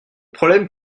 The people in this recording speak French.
problème